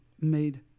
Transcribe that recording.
made